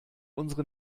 unsere